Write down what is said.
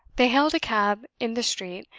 they hailed a cab in the street,